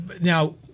now